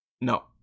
no